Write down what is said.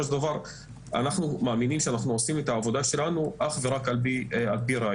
של דבר אנחנו מאמינים שאנחנו עושים את העבודה שלנו אך ורק על פי ראיות.